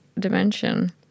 dimension